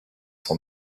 son